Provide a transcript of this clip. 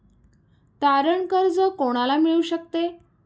तारण कर्ज कोणाला मिळू शकते?